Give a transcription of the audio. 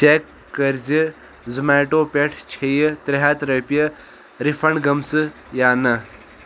check کٔر زِ زوٚمیٹو پٮ۪ٹھ چھےٚ ترٛےٚ ہَتھ رۄپیہِ رِفنڑ گٔمژٕ یا نَہ